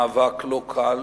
מאבק לא קל